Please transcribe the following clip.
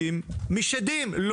מפחדים משדים.